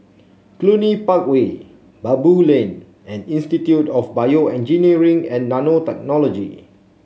Cluny Park Way Baboo Lane and Institute of BioEngineering and Nanotechnology